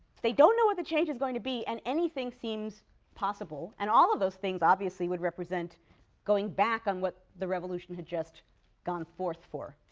they don't know what the change is going to be, and anything seems possible, and all of those things obviously would represent going back on what the revolution had just gone forth for.